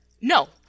No